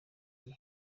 gihe